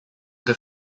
the